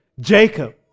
Jacob